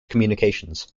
communications